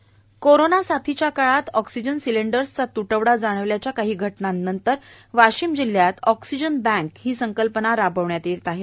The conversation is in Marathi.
ऑक्सिजन बँक कोरोना साथीच्या काळात ऑक्सीजन सिलेंडरचा त्टवडा जानविल्याच्या काही घटनानंतर वाशिम जिल्ह्यात ऑक्सीजन बँक ही संकल्पना राबविण्यात येत आहे